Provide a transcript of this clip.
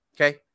Okay